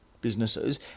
businesses